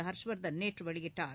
ஹர்ஷ் வர்தன் நேற்று வெளியிட்டார்